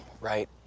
right